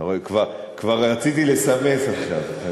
כבר רציתי לסמס עכשיו.